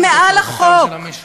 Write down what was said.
הם מעל החוק,